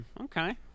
okay